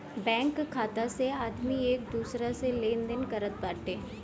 bank खाता से आदमी एक दूसरा से लेनदेन करत बाटे